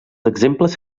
exemples